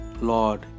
Lord